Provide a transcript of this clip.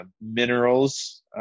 minerals